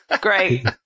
Great